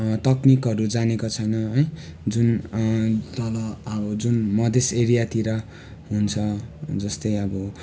तक्निकहरू जानेको छैन है जुन तल अब जुन मधेस एरियातिर हुन्छ जस्तै अब